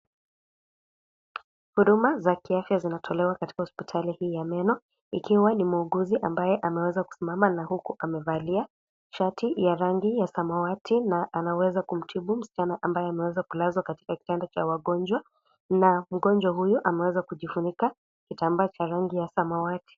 Huduma za kiafya zinatolewa katika hospitali hii ya meno ikiwa ni muuguzi ambaye ameweza kusimama na huku amevalia shati ya rangi ya samawati na anaweza kumtibu msichana ambaye ameweza kulazwa katika kitanda cha wagonjwa na mgonjwa huyu ameweza kujifunika kitambaa cha rangi ya samawati.